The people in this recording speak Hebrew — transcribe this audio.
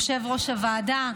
יושב-ראש הועדה,